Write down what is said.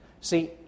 See